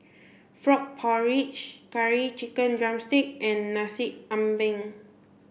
frog porridge curry chicken drumstick and Nasi Ambeng